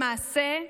למעשה,